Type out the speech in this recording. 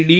D